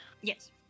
Yes